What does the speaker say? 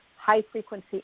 high-frequency